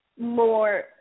more